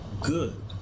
good